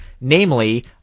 namely